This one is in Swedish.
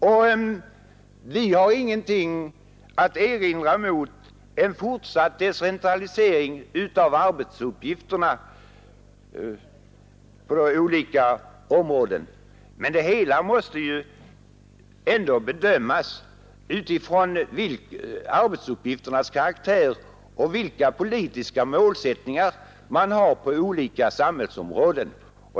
Och vi har ingenting att erinra mot en fortsatt decentralisering av arbetsuppgifterna på olika områden. Men det hela måste ju ändå bedömas utifrån arbetsuppgifternas karaktär och utifrån vilka politiska målsättningar man har på skilda samhällsområden.